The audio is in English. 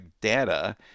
data